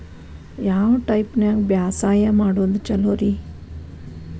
ಯಾವ ಟೈಪ್ ನ್ಯಾಗ ಬ್ಯಾಸಾಯಾ ಮಾಡೊದ್ ಛಲೋರಿ?